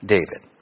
David